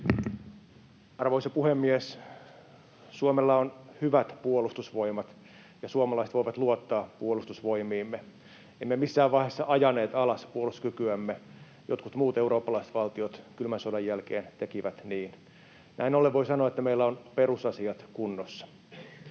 Arvoisa puhemies! Suomella on hyvät puolustusvoimat, ja suomalaiset voivat luottaa puolustusvoimiimme. Emme missään vaiheessa ajaneet alas puolustuskykyämme. Jotkut muut eurooppalaiset valtiot kylmän sodan jälkeen tekivät niin. Näin ollen voi sanoa, että meillä ovat perusasiat kunnossa.